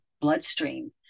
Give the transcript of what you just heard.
bloodstream